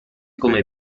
come